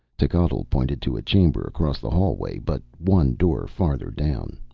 techotl pointed to a chamber across the hallway, but one door farther down.